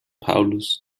paulus